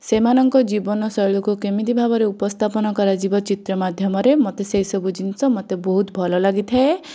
ସେମାନଙ୍କ ଜୀବନ ଶୈଳୀକୁ କେମିତି ଭାବରେ ଉପସ୍ଥାପନା କରାଯିବ ଚିତ୍ର ମାଧ୍ୟମରେ ମୋତେ ସେ ସବୁ ଜିନିଷ ମୋତେ ବହୁତ ଭଲ ଲାଗିଥାଏ